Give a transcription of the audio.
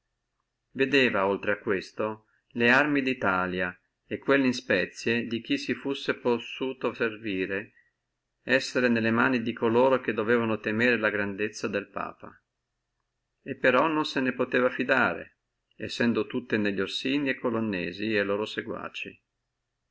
vedeva oltre a questo larme di italia e quelle in spezie di chi si fussi possuto servire essere in le mani di coloro che dovevano temere la grandezza del papa e però non se ne poteva fidare sendo tutte nelli orsini e colonnesi e loro